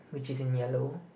which is in yellow